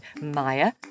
Maya